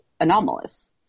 anomalous